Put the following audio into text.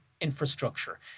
infrastructure